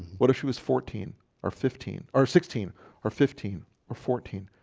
what if she was fourteen or fifteen or sixteen or fifteen or fourteen?